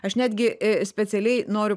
aš netgi specialiai noriu